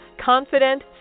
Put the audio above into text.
Confident